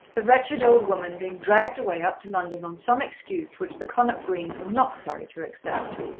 the wretched old woman being dragged away up to london on some excuse which the connop greens were not sorry to accept.